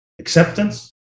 Acceptance